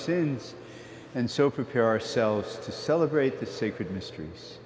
sins and so prepare ourselves to celebrate the sacred mysteries